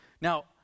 Now